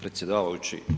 Predsjedavajući.